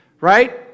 right